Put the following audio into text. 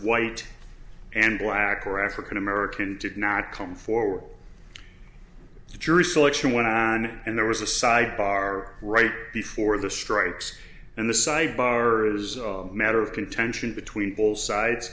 white and black or african american did not come forward the jury selection went on and there was a sidebar right before the strikes and the sidebars matter of contention between both sides